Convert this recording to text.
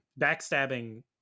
backstabbing